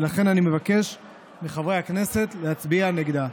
ולכן אני מבקש מחברי הכנסת להצביע נגדה.